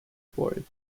bored